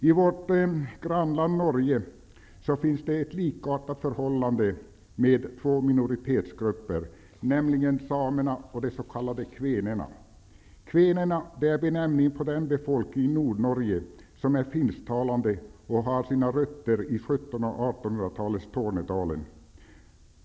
I vårt grannland Norge finns ett likartat förhållande, med två minoritetsgrupper, nämligen samerna och de s.k. kvenerna. Kvenerna är benämningen på den befolkning i Nordnorge som är finsktalande och har sina rötter i 1700 och 1800 talets Tornedalen.